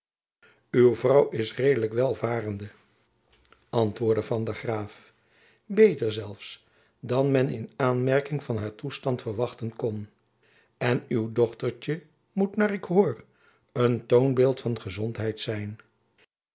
uw vrouw is redelijk welvarende antwoordde van der graef beter zelfs dan men in aanmerking van haar toestand verwachten kon en uw dochtertjen moet naar ik hoor een toonbeeld van gezondheid zijn